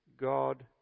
God